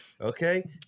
Okay